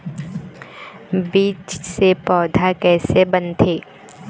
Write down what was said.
बीज से पौधा कैसे बनथे?